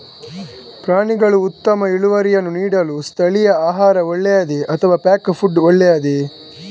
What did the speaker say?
ಪ್ರಾಣಿಗಳು ಉತ್ತಮ ಇಳುವರಿಯನ್ನು ನೀಡಲು ಸ್ಥಳೀಯ ಆಹಾರ ಒಳ್ಳೆಯದೇ ಅಥವಾ ಪ್ಯಾಕ್ ಫುಡ್ ಒಳ್ಳೆಯದೇ?